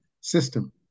system